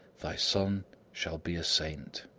thy son shall be a saint.